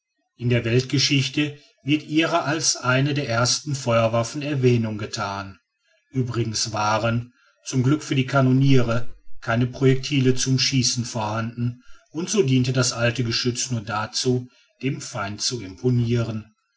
in der weltgeschichte wird ihrer als einer der ersten feuerwaffen erwähnung gethan uebrigens waren zum glück für die kanoniere keine projectile zum schießen vorhanden und so diente das alte geschütz nur dazu dem feinde zu imponiren